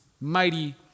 mighty